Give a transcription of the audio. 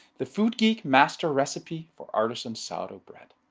the foodgeek master recipe for artistsan sourdough bread.